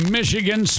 Michigan